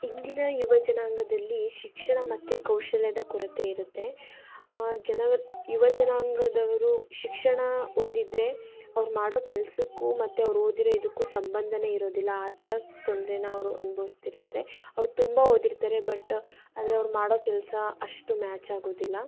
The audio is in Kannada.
ಇಂದಿನ ಯುವ ಜನಾಂಗದಲ್ಲಿ ಶಿಕ್ಷಣ ಮತ್ತು ಕೌಶಲ್ಯದ ಕೊರತೆ ಇರುತ್ತೆ ಜನಾ ಯುವ ಜನಾಂಗದವರು ಶಿಕ್ಷಣ ಹೊಂದಿದ್ರೆ ಅವ್ರು ಮಾಡೋ ಕೆಲಸಕ್ಕೂ ಮತ್ತು ಅವ್ರು ಓದಿರೋ ಇದಕ್ಕೂ ಸಂಬಂಧವೇ ಇರೋದಿಲ್ಲ ಆ ಥರ ತೊಂದ್ರೆಯಾ ಅವರು ಅನುಭವಿಸ್ತಿರ್ತರೆ ಅವ್ರು ತುಂಬ ಓದಿರ್ತಾರೆ ಬಟ್ ಆದರೆ ಅವ್ರು ಮಾಡೋ ಕೆಲಸ ಅಷ್ಟು ಮ್ಯಾಚ್ ಆಗೋದಿಲ್ಲ